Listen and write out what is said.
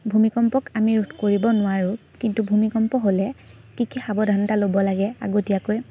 ভূমিকম্পক আমি ৰোধ কৰিব নোৱাৰোঁ কিন্তু ভূমিকম্প হ'লে কি কি সাৱধানতা ল'ব লাগে আগতীয়াকৈ